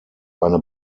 eine